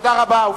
תודה רבה.